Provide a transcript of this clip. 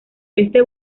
este